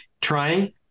trying